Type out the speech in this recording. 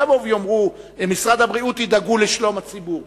לא יבואו ויאמרו: משרד הבריאות ידאגו לשלום הציבור.